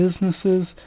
businesses